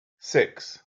six